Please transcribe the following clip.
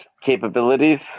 capabilities